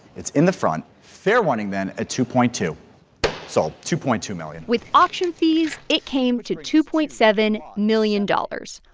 it's in the front fair warning then at two point two sold two point two million with auction fees, it came to two point seven million dollars,